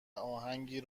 اهنگی